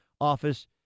office